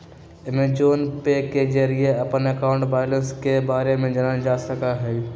Amazon Pay के जरिए अपन अकाउंट बैलेंस के बारे में जानल जा सका हई